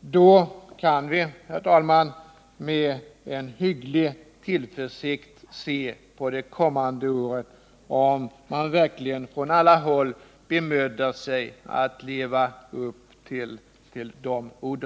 Då kan vi, herr talman, med en hygglig grad av tillförsikt se fram mot de kommande åren. Men det gäller verkligen att från alla håll bemöda sig att leva upp till de uttalade orden.